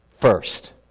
first